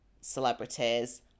celebrities